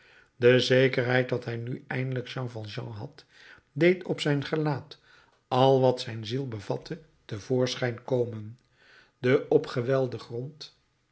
de zekerheid dat hij nu eindelijk jean valjean had deed op zijn gelaat al wat zijn ziel bevatte te voorschijn komen de opgewelde grond